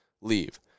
leave